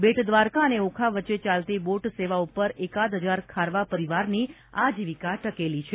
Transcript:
બેટદ્વારકા અને ઓખા વચ્ચે ચાલતી બોટ સેવા ઉપર એકાદ હજાર ખારવા પરિવારની આજીવિકા ટકેલી છે